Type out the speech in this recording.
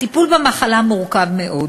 הטיפול במחלה מורכב מאוד.